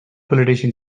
politician